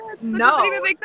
No